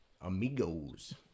amigos